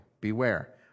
Beware